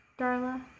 darla